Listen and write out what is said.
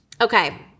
Okay